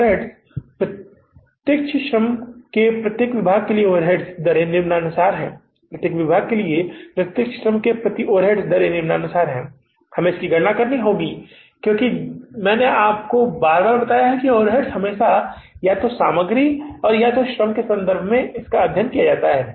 overheads प्रत्यक्ष श्रम के प्रत्येक विभाग के लिए ओवरहेड दरें निम्नानुसार हैं प्रत्येक विभाग के लिए प्रत्यक्ष श्रम के प्रति ओवरहेड दरें निम्नानुसार हैं हमें इनकी गणना करनी होगी क्योंकि मैंने आपको कई बार बताया था कि ओवरहेड का हमेशा या तो सामग्री या श्रम से संबंधित अध्ययन किया जाता है